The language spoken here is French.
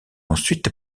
ensuite